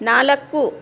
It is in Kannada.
ನಾಲ್ಕು